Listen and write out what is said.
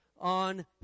on